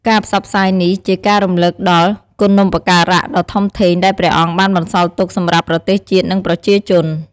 ការផ្សព្វផ្សាយនេះជាការរំលឹកដល់គុណូបការៈដ៏ធំធេងដែលព្រះអង្គបានបន្សល់ទុកសម្រាប់ប្រទេសជាតិ និងប្រជាជន។